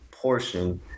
Portion